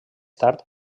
tard